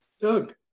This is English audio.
Doug